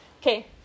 Okay